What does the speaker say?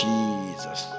Jesus